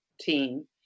team